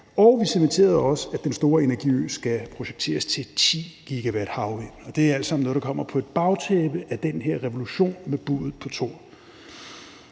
og vi cementerede også, at den store energiø skal projekteres til 10 GW havvind. Og det er alt sammen noget, der kommer på et bagtæppe af den her revolution med buddet på to.